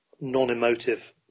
non-emotive